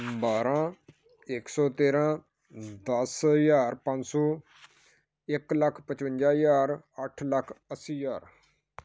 ਬਾਰਾਂ ਇੱਕ ਸੌ ਤੇਰਾਂ ਦਸ ਹਜ਼ਾਰ ਪੰਜ ਸੌ ਇੱਕ ਲੱਖ ਪਚਵੰਜਾ ਹਜ਼ਾਰ ਅੱਠ ਲੱਖ ਅੱਸੀ ਹਜ਼ਾਰ